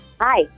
hi